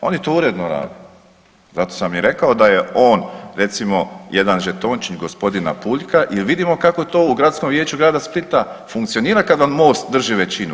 Oni to uredno rade, zato sam i rekao da je on recimo jedan žetončić gospodina Puljka jer vidimo kako to u Gradskom vijeću Grada Splita funkcionira kada vam Most drži većinu.